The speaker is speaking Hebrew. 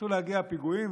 התחילו להגיע הפיגועים,